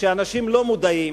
שאנשים לא מודעים